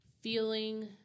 feeling